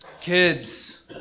Kids